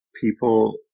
people